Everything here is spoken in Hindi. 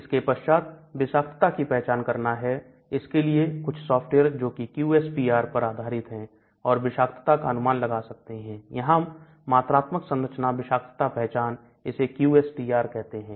इसके पश्चात विषाक्तता की पहचान करना है इसके लिए कुछ सॉफ्टवेयर जोकि QSPR पर आधारित हैं और विषाक्तता का अनुमान लगा सकते हैं यहां मात्रात्मक संरचना विषाक्तता पहचान इसे QSTR कहते हैं